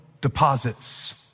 deposits